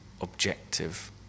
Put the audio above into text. objective